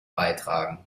beitragen